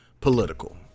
political